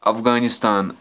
Afghanistan